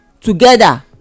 together